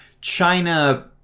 china